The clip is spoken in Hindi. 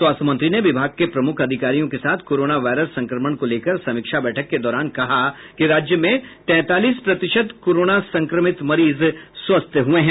स्वास्थ्य मंत्री ने विभाग के प्रमुख अधिकारियों के साथ कोरोना वायरस संक्रमण को लेकर समीक्षा बैठक के दौरान कहा कि राज्य में तैंतालीस प्रतिशत कोरोना संक्रमित मरीज स्वस्थ हुए हैं